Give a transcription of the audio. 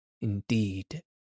indeed